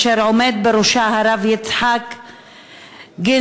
אשר עומד בראשה הרב יצחק גינזבורג,